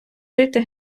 жити